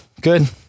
good